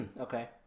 Okay